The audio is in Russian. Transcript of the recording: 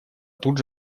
тут